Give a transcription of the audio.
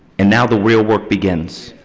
and now the real work begins.